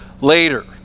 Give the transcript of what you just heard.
later